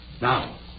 Now